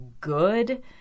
good